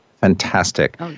Fantastic